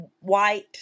white